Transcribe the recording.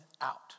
out